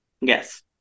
Yes